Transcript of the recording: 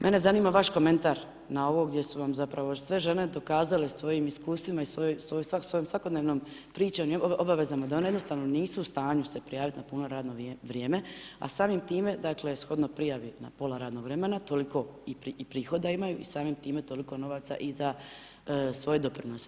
Mene zanima vaš komentar na ovo gdje su vam zapravo sve žene dokazalo svojim iskustvima i svojom svakodnevnom pričom i obavezama da oni jednostavno nisu u stanju se prijaviti na puno radno vrijeme, a samim time, dakle, shodno prijavi na pola radnog vremena, toliko i prihoda imaju i samim time toliko novaca i za svoje doprinose.